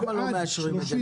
למה לא מאשרים את זה?